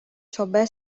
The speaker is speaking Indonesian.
coba